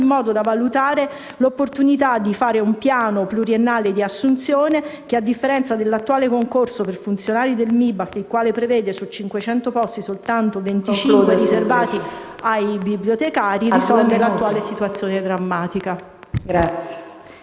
in modo da valutare l'opportunità di avviare un piano pluriennale di assunzioni che, a differenza dell'attuale concorso per funzionari del MIBACT, il quale prevede su 500 posti soltanto 25 riservati ai bibliotecari, risolva l'attuale situazione drammatica.